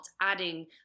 adding